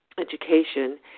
education